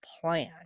plan